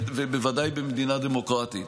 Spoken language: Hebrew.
בוודאי במדינה דמוקרטית,